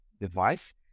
device